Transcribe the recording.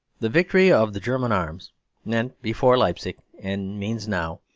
the victory of the german arms meant before leipzic, and means now,